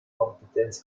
kompetenz